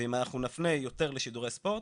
ואם אנחנו נפנה יותר לשידורי ספורט,